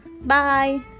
bye